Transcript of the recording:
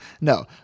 no